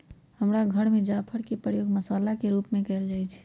हमर घर में जाफर के प्रयोग मसल्ला के रूप में कएल जाइ छइ